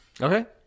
okay